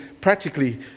practically